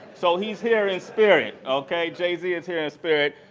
so he is here in spirit. okay? jay-z is here in spirit.